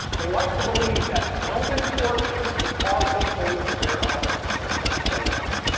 they like to believe that no misfortune could cause them to lose their own privileged places.